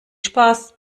spaß